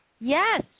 Yes